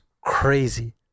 crazy